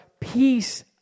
peace